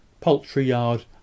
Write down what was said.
poultry-yard